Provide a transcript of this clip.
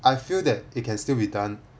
I feel that it can still be done